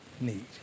need